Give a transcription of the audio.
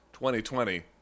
2020